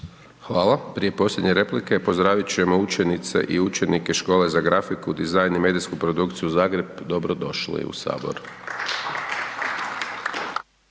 Hvala. Prije posljednje replike pozdraviti ćemo učenice i učenike Škole za grafiku, dizajn i medijsku produkciju Zagreb, dobro došli u Sabor.